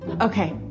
Okay